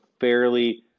fairly